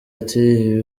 ati